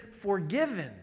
forgiven